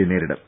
യെ നേരിടും